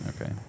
Okay